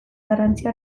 garrantzia